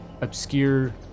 obscure